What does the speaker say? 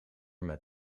met